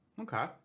Okay